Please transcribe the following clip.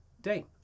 day